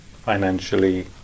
financially